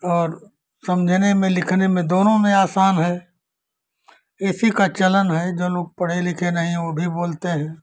और समझने में लिखने में दोनों में आसान है इसी का चलन है जो लोग पढे लिखे नहीं है वो भी बोलते हैं